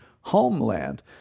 homeland